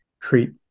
treat